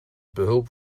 behulp